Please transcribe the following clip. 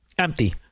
empty